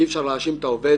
אי-אפשר להאשים את העובד